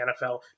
NFL